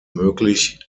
möglich